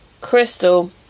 crystal